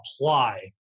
apply